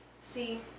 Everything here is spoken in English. See